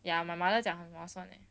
ya my mother 讲很划算 leh